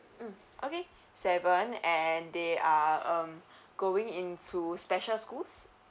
mm okay seven and they are um going into special schools